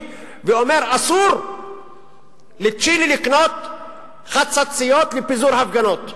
ואומר: אסור לצ'ילה לקנות חצציות לפיזור הפגנות.